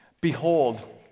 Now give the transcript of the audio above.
Behold